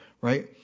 right